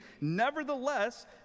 nevertheless